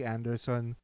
Anderson